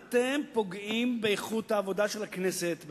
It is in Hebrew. אתם פוגעים באיכות העבודה של הכנסת,